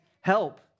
help